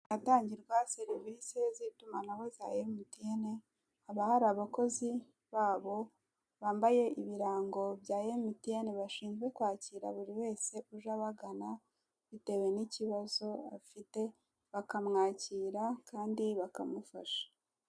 Ahatangirwa serivisi z'itumanaho za emutiyene haba hari abakozi babo bambaye ibirango bya emutiyeni bashinzwe kwakira buri wese uje abagana bitewe n'ikibazo afite bakamwakira kandi bakamufasha.